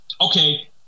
okay